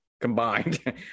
combined